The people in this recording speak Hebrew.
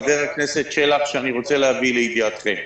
חבר הכנסת שלח, שאני רוצה להביא לידיעתכם.